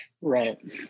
right